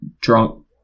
drunk